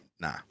Nah